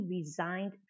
resigned